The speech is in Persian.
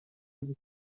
بود